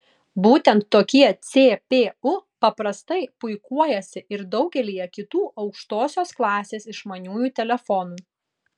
būtent tokie cpu paprastai puikuojasi ir daugelyje kitų aukštosios klasės išmaniųjų telefonų